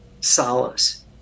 solace